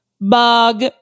bug